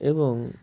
এবং